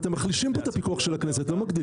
אתם מחלישים פה את הפיקוח של הכנסת, לא מגדילים.